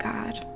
God